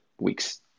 weeks